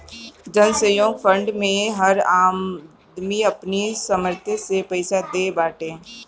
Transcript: जनसहयोग फंड मे हर आदमी अपनी सामर्थ्य से पईसा देत बाटे